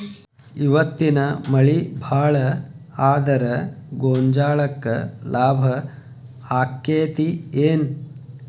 ಇವತ್ತಿನ ಮಳಿ ಭಾಳ ಆದರ ಗೊಂಜಾಳಕ್ಕ ಲಾಭ ಆಕ್ಕೆತಿ ಏನ್?